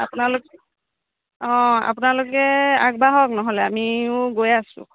আপোনালোকে অঁ আপোনালোকে আগবাঢ়ক নহ'লে আমিও গৈ আছোঁ